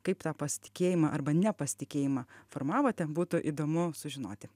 kaip tą pasitikėjimą arba nepasitikėjimą formavote būtų įdomu sužinoti